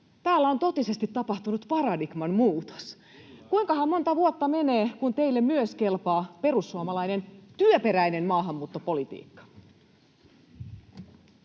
täällä on totisesti tapahtunut paradigman muutos. Kuinkahan monta vuotta menee, että teille kelpaa myös perussuomalainen työperäinen maahanmuuttopolitiikka?